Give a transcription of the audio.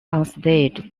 onstage